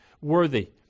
worthy